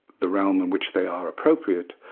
the realm in which they are appropriate,